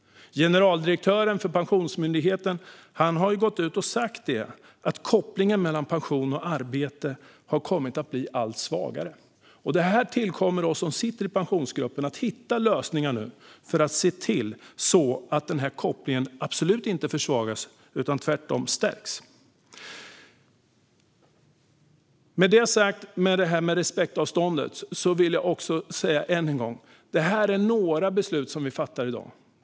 Generaldirektören för Pensionsmyndigheten har gått ut och sagt att kopplingen mellan pension och arbete har kommit att bli allt svagare. Det tillkommer oss som sitter i Pensionsgruppen att nu hitta lösningar för att se till att denna koppling absolut inte försvagas utan tvärtom stärks. Med detta sagt om respektavståndet vill jag också än en gång säga att detta är några beslut som vi fattar i dag.